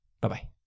Bye-bye